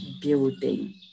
building